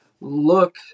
look